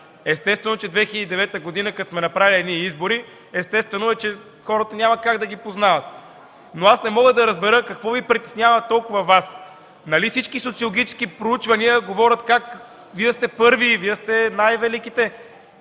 Естествено, че като през 2009 г. сме направили избори, естествено е, че хората няма как да ги познават. Не мога да разбера какво Ви притеснява толкова Вас? Нали всички социологически проучвания говорят как Вие сте първи, Вие сте най-великите